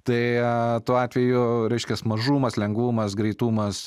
tai tuo atveju reiškias mažumas lengvumas greitumas